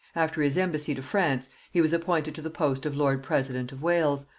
after his embassy to france he was appointed to the post of lord-president of wales,